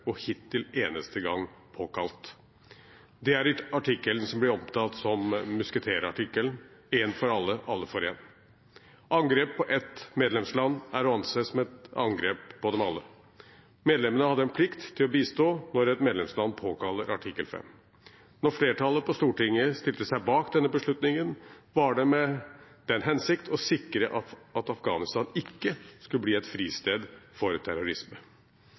og hittil eneste gang, påkalt. Det er artikkelen som blir omtalt som musketerartikkelen: en for alle – alle for en. Angrep på ett medlemsland er å anse som et angrep på alle. Medlemmene hadde en plikt til å bistå da et medlemsland påkalte artikkel 5. Da flertallet på Stortinget stilte seg bak denne beslutningen, var det med den hensikt å sikre at Afghanistan ikke skulle bli et fristed for terrorisme.